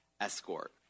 escort